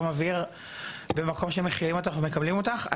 אוויר במקום שמכילים אותך ומקבלים אותך,